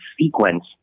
sequence